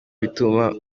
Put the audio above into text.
bituma